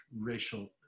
racial